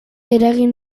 eragin